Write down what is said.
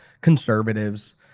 conservatives